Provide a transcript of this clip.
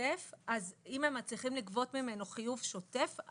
אם הם מצליחים לגבות ממנו חיוב שוטף,